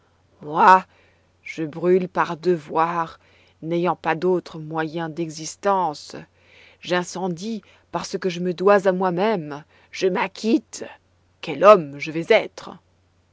moi je brûle par devoir n'ayant pas d'autre moyen d'existence j'incendie parce que je me dois à moi-même je m'acquitte quel homme je vais être